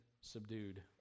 subdued